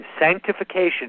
sanctification